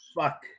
Fuck